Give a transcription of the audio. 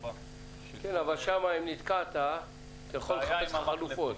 4. כן אבל שם אם נתקעת, אתה יכול לחפש חלופות.